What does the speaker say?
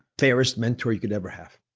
fairest mentor you could ever have.